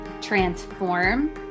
transform